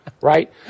right